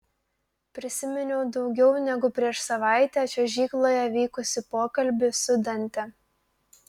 prisiminiau daugiau negu prieš savaitę čiuožykloje vykusį pokalbį su dante